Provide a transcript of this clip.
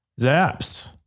ZAPs